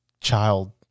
child